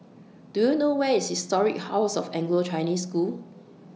Do YOU know Where IS Historic House of Anglo Chinese School